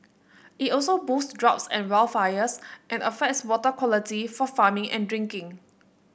it also boosts droughts and wildfires and affects water quality for farming and drinking